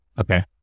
Okay